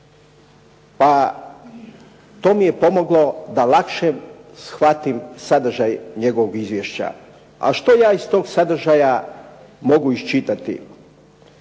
Pa, to mi je pomoglo da lakše shvatim sadržaj njegovog izvješća. A što ja iz tog sadržaja mogu iščitati?